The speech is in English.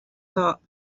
top